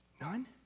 None